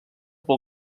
pel